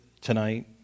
tonight